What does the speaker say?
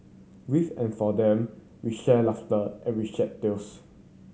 with and for them we shared laughter and we shed tears